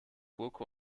burke